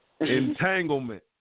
entanglement